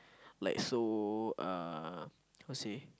like so uh how say